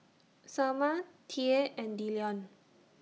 Salma Tye and Dillion